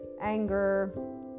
anger